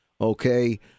okay